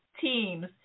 teams